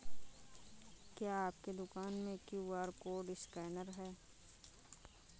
क्या आपके दुकान में क्यू.आर कोड स्कैनर है?